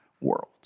world